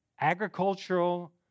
agricultural